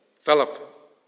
Philip